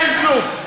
אין כלום.